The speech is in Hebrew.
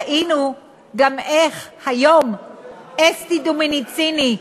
ראינו גם איך היום אסתי דומיניסיני,